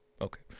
Okay